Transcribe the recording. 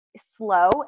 slow